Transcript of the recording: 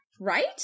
Right